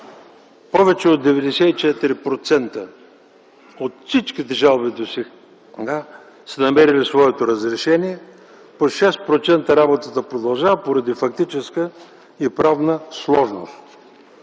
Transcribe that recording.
Повече от 94% от всички жалби досега са намерили своето разрешение. По 6% работата продължава поради фактическата и правна сложност.